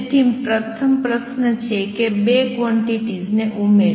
તેથી પ્રથમ પ્રશ્ન છે કે બે ક્વોંટીટીઝ ને ઉમેરો